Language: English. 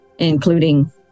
including